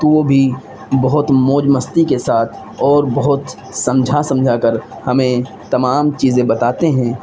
تو وہ بھی بہت موج مستی کے ساتھ اور بہت سمجھا سمجھا کر ہمیں تمام چیزیں بتاتے ہیں